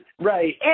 Right